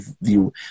view